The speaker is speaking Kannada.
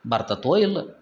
ಬರ್ತದೋ ಇಲ್ವೋ